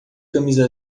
camisa